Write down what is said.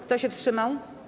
Kto się wstrzymał?